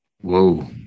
Whoa